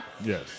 Yes